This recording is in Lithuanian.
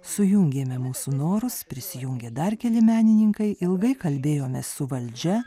sujungėme mūsų norus prisijungė dar keli menininkai ilgai kalbėjomės su valdžia